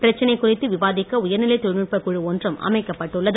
பிரச்னை குறித்து விவாதிக்க உயர்நிலை தொழில்நுட்ப குழு ஒன்றும் அமைக்கப்பட்டுள்ளது